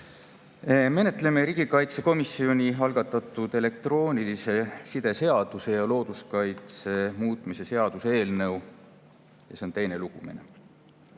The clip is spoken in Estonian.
Menetleme riigikaitsekomisjoni algatatud elektroonilise side seaduse ja looduskaitse[seaduse] muutmise seaduse eelnõu. See on teine lugemine.